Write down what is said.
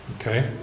okay